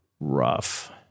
rough